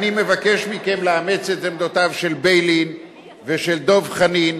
אני מבקש מכם לאמץ את העמדות של ביילין ושל דב חנין,